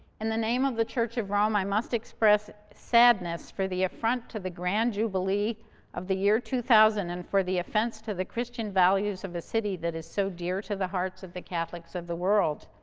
and the name of the church of rome, i must express sadness for the affront to the grand jubilee of the year two thousand, and for the offense to the christian values of the city that is so dear to the hearts of the catholics of the world.